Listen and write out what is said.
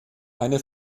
eine